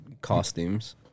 costumes